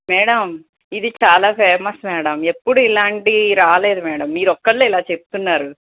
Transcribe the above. madam ఇది చాలా famous madam ఎప్పుడు ఇలాంటి రాలేదు మేడం మీరొక్కళ్ళే ఇలా చెప్తున్నారు